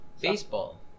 baseball